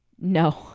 No